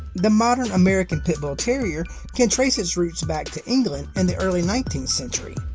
the modern american pit bull terrier can trace its roots back to england in the early nineteenth century,